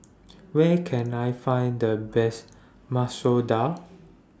Where Can I Find The Best Masoor Dal